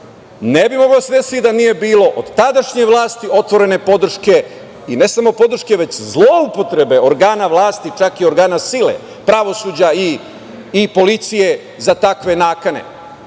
ne bi moglo da se desi da nije bilo od tadašnje vlasti otvorene podrške i ne samo podrške već zloupotrebe organa vlasti, čak i organa vlasti sile pravosuđa i policije za takve nakane. Da